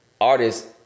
artists